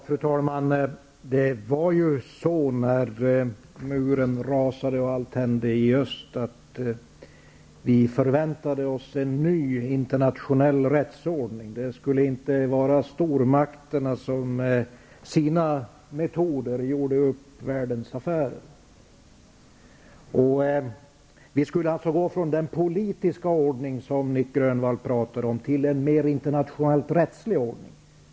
Fru talman! När muren rasade och allt hände i Öst, förväntade vi oss en ny internationell rättsordning. Det skulle inte vara stormakterna som med sina metoder gjorde upp världens affärer. Vi skulle således gå från den politiska ordning som Nic Grönvall talar om till en mera internationellt rättslig ordning.